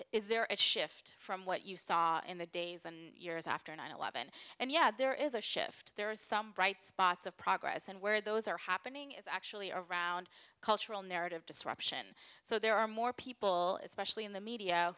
is there a shift from what you saw in the days and years after nine eleven and yeah there is a shift there are some bright spots of progress and where those are happening is actually around cultural narrative disruption so there are more people especially in the media